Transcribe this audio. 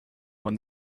when